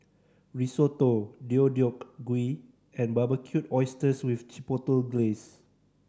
Risotto Deodeok Gui and Barbecued Oysters with Chipotle Glaze